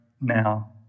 now